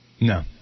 No